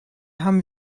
haben